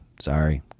sorry